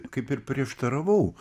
kaip ir prieštaravau